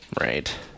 Right